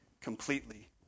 completely